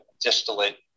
distillate